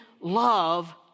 love